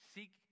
Seek